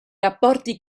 rapporti